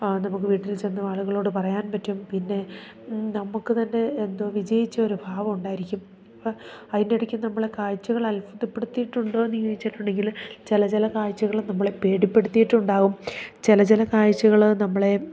നമുക്ക് വീട്ടിൽ ചെന്ന് ആളുകളോട് പറയാൻ പറ്റും പിന്നെ നമുക്ക് തന്നെ എന്തോ വിജയിച്ച ഒരു ഭാവം ഉണ്ടായിരിക്കും അപ്പോൾ അതിൻ്റെ ഇടയ്ക്ക് നമ്മളെ കാഴ്ച്ചകൾ അത്ഭുതപ്പെടുത്തിയിട്ടുണ്ടോ എന്നു ചോദിച്ചിട്ടുണ്ടെങ്കിൽ ചില ചില കാഴ്ച്ചകൾ നമ്മളെ പേടിപ്പെടുത്തിയിട്ടുണ്ടാകും ചില ചില കാഴ്ച്ചകൾ നമ്മളെ